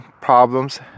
problems